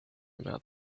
about